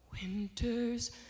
Winters